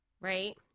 right